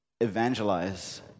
evangelize